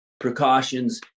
Precautions